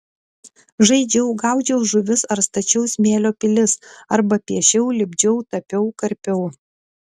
žaidžiau gaudžiau žuvis ar stačiau smėlio pilis arba piešiau lipdžiau tapiau karpiau